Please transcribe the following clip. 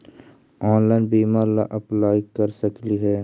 Online बीमा ला apply कर सकली हे?